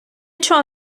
чого